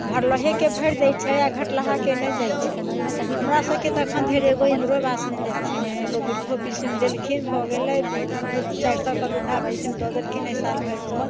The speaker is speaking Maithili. भरलहेके भरि दै छै आओर घटलाहाके नहि दै छै हमरा सबके तऽ एखन धरि एगो इन्दिरो आवास नहि देलखिन हँ एगो वृद्धो पेंशन देलखिन भऽ गेलै दू चारि सएके वृद्धा पेंशन दऽ देलखिन अइ साल भरिसँ